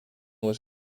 was